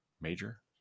major